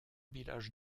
village